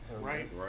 Right